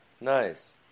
nice